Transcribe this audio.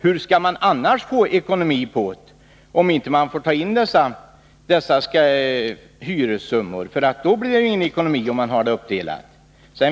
Hur skall man annars få ekonomi på byggnaderna, om man inte får ta in dessa hyressummor? Annars blir det ingen ekonomi med att ha ytan uppdelad på flera byggnader.